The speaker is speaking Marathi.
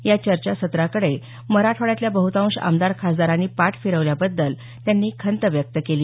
या चर्चासत्राकडे मराठवाड्यातल्या बहतांश आमदार खासदारांनी पाठ फिरवल्याबद्दल त्यांनी खंत व्यक्त केली